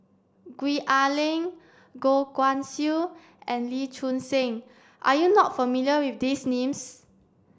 Gwee Ah Leng Goh Guan Siew and Lee Choon Seng are you not familiar with these names